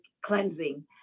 cleansing